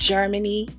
Germany